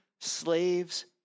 slaves